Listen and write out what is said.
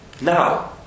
Now